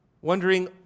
wondering